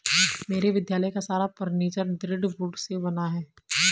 मेरे विद्यालय का सारा फर्नीचर दृढ़ वुड से बना है